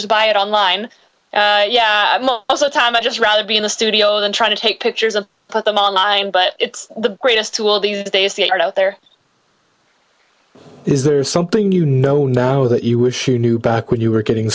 just buy it online yeah most of the time i'd just rather be in the studio than trying to take pictures of put them online but it's the greatest tool these days the art out there is there's something you know now that you wish you knew back when you were getting